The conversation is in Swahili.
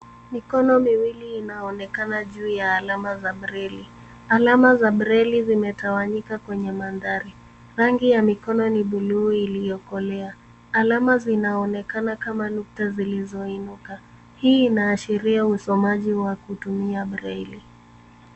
Mikono miwili inaonekana juu ya alama za breli. Alama za breli zimetawanyika kwenye mandhari, rangi ya mikono ni buluu iliyokolea. Alama zinaonekana kama nukta zilizoinuka. Hii inaashiria usomaji wa kutumia breli.